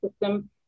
system